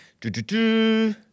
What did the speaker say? Do-do-do